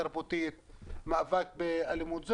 תרבותית ובמאבק באלימות.